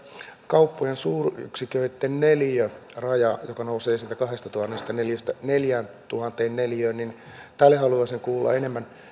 kauppojen suuryksiköitten neliöraja joka nousee siitä kahdestatuhannesta neliöstä neljääntuhanteen neliöön sille haluaisin kuulla enemmän